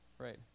right